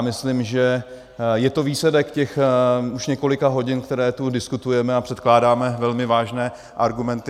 Myslím, že je to výsledek těch už několika hodin, které tu diskutujeme, a předkládáme velmi vážné argumenty.